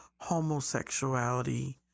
Homosexuality